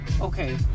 Okay